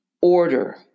order